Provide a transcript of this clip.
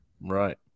Right